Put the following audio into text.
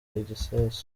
igisasu